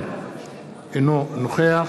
אינו נוכח